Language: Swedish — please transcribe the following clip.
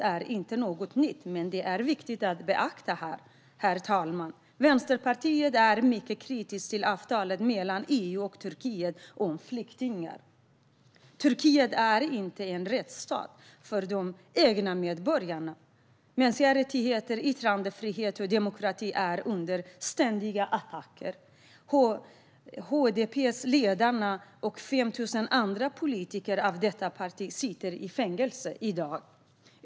Den är inte ny, men den är viktig att beakta. Vänsterpartiet är mycket kritiskt till avtalet mellan EU och Turkiet om flyktingar. Turkiet är inte en rättsstat för de egna medborgarna. Mänskliga rättigheter, yttrandefrihet och demokrati är under ständiga attacker. HDP:s ledare och 5 000 andra politiker från detta parti sitter i fängelse i dag.